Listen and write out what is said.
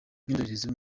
nk’indorerezi